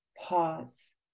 pause